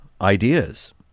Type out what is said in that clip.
ideas